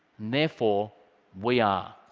therefore we are.